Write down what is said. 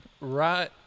right